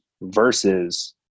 Versus